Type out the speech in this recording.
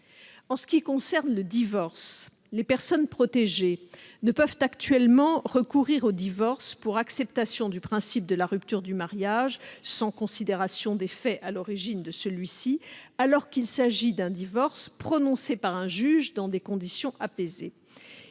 En ce qui concerne le divorce, les personnes protégées ne peuvent actuellement recourir au divorce pour acceptation du principe de la rupture du mariage sans considération des faits à l'origine de celui-ci, alors qu'il s'agit d'un divorce prononcé par un juge dans des conditions apaisées.